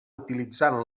utilitzant